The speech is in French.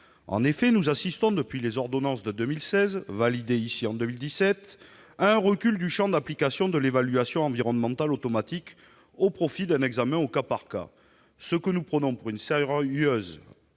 En effet, nous assistons depuis les ordonnances de 2016, ratifiées ici en 2017, à un recul du champ d'application de l'évaluation environnementale automatique au profit d'un examen au cas par cas, ce qui constitue à notre sens une sérieuse